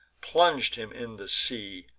plung'd him in the sea,